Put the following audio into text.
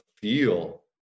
feel